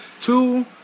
Two